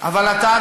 אבל אתה,